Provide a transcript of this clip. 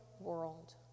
world